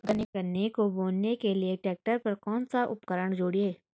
गन्ने को बोने के लिये ट्रैक्टर पर कौन सा उपकरण जोड़ें?